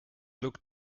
look